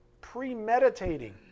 premeditating